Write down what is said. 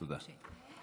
תודה.